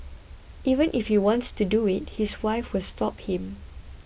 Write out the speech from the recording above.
even if he wants to do it his wife will stop him